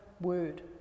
word